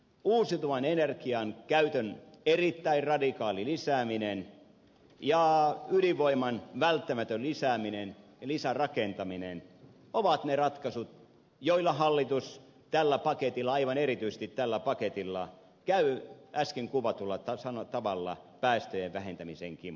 uusiutuvan energian käytön erittäin radikaali lisääminen ja ydinvoiman välttämätön lisääminen ja lisärakentaminen ovat ne ratkaisut joilla hallitus tällä paketilla aivan erityisesti tällä paketilla käy äsken kuvatulla tavalla päästöjen vähentämisen kimppuun